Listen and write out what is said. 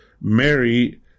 Mary